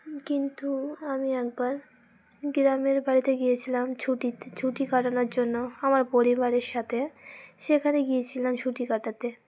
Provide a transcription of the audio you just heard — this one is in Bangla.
কিন্তু আমি একবার গ্রামের বাড়িতে গিয়েছিলাম ছুটিতে ছুটি কাটানোর জন্য আমার পরিবারের সাথে সেখানে গিয়েছিলাম ছুটি কাটাতে